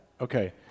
Okay